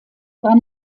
war